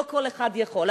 לא כל אחד יכול.